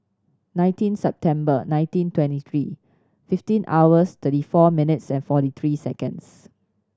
nineteen September nineteen twenty three fifteen hours thirty four minutes and forty three seconds